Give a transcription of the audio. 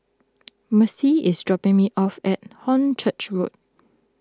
Marci is dropping me off at Hornchurch Road